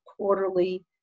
quarterly